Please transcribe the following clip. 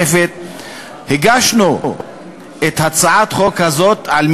משהו כזה, אלא דיור?